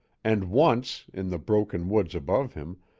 and once, in the broken woods above him,